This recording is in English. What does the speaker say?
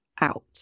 out